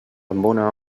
bona